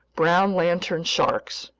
brown lantern sharks,